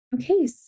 okay